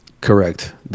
Correct